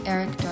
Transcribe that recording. Eric